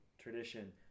tradition